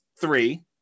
three